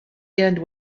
end